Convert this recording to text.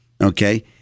Okay